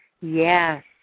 Yes